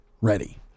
ready